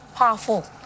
powerful